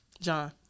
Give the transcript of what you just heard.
John